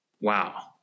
wow